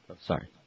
Sorry